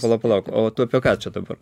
palauk palauk o tu apie ką čia dabar